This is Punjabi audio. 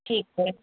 ਠੀਕ ਐ